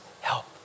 help